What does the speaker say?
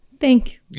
Thank